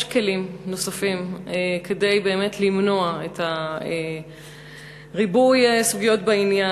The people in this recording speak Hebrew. יש כלים נוספים כדי באמת למנוע את ריבוי הסוגיות בעניין,